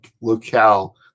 locale